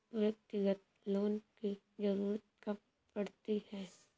व्यक्तिगत लोन की ज़रूरत कब पड़ती है?